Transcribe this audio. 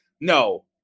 No